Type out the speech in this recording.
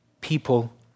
people